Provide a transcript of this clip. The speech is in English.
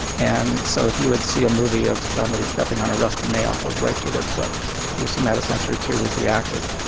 and so if you would see a movie of somebody stepping on a rusty nail goes right through their foot your somatosensory two would be active.